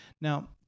Now